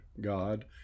God